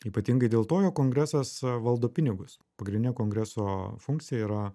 ypatingai dėl to jog kongresas valdo pinigus pagrindinė kongreso funkcija yra